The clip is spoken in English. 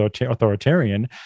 authoritarian